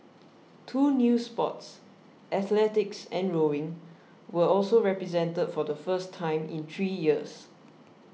two new sports athletics and rowing were also represented for the first time in three years